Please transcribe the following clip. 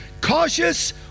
Cautious